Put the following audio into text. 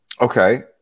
Okay